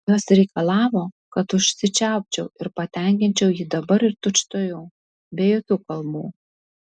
jos reikalavo kad užsičiaupčiau ir patenkinčiau jį dabar ir tučtuojau be jokių kalbų